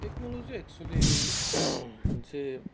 technology actually मोनसे